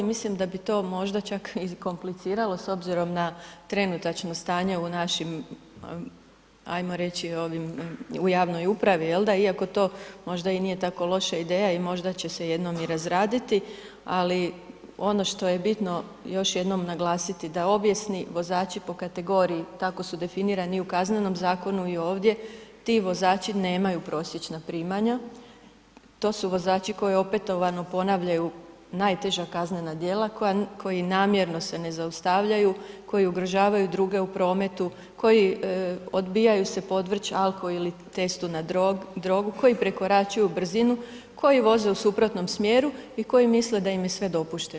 Mislim da bi to možda čak i kompliciralo s obzirom na trenutačno stanje u našim ajmo reći ovim u javnoj upravi jel da, iako to možda i nije tako loša ideja i možda će se jednom i razraditi, ali ono što je bitno još jednom naglasiti da obijesni vozači po kategoriji, tako su definirani i u Kaznenom zakonu i ovdje, ti vozači nemaju prosječna primanja, to su vozači koji opetovano ponavljaju najteža kaznena djela, koji namjerno se ne zaustavljaju, koji ugrožavaju druge u prometu, koji odbijaju se podvrći alko ili testu na drogu, koji prekoračuju brzinu, koji voze u suprotnom smjeru i koji misle da im je sve dopušteno.